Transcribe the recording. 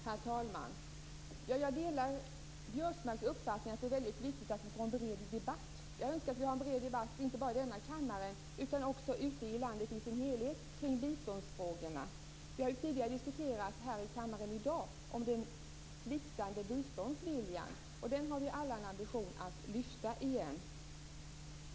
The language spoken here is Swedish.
Herr talman! Jag delar Biörsmarks uppfattning att det är väldigt viktigt att vi får en bred debatt. Jag önskar att vi får en bred debatt inte bara i denna kammare utan också ute i landet i dess helhet kring biståndsfrågorna. Vi har tidigare här i kammaren i dag diskuterat den sviktande biståndsviljan. Den har vi alla en ambition att åter lyfta.